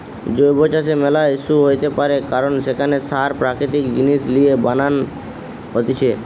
জৈব চাষের ম্যালা ইস্যু হইতে পারে কারণ সেখানে সার প্রাকৃতিক জিনিস লিয়ে বানান হতিছে